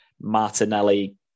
Martinelli